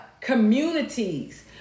communities